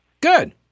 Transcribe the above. good